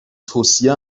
توصیه